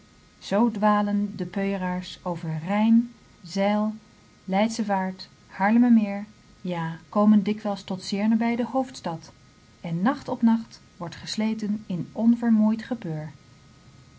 zoo dwalen de peuëraars over rijn zijl leidsche vaart haarlemmermeer ja komen dikwijls tot zeer nabij de hoofdstad en nacht op nacht wordt gesleten in onvermoeid gepeur